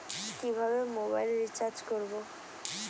কিভাবে mobile recharge করব?